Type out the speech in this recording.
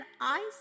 ice